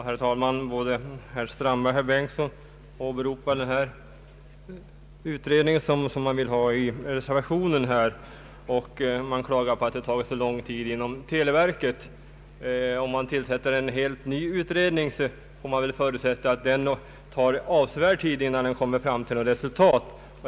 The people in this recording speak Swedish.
Herr talman! Både herr Strandberg och herr Bengtson åberopar den utredning som krävs i reservationen. De klagar på att det tar så lång tid inom televerket. Men om man tillsätter en helt ny utredning är det troligt att det tar avsevärd tid innan man kommer fram till ett resultat.